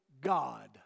God